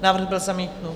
Návrh byl zamítnut.